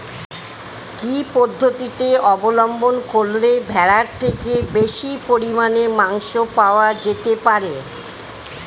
কি পদ্ধতিতে অবলম্বন করলে ভেড়ার থেকে বেশি পরিমাণে মাংস পাওয়া যেতে পারে?